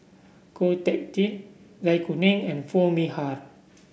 Ko Teck Kin Zai Kuning and Foo Mee Har